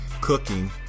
cooking